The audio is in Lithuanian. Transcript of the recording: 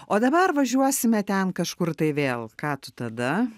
o dabar važiuosime ten kažkur tai vėl ką tu tada